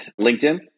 LinkedIn